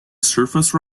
surface